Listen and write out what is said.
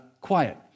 quiet